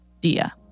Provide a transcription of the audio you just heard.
Dia